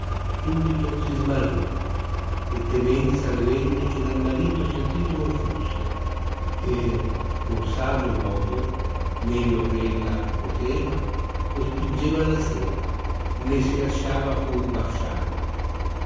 subito si smarrì e temenza le venne che dal marito sentito non fusse e con savio modo meglio che ella poteva lo spingeva da sé né si lasciava pur basciare